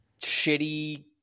shitty